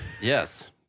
Yes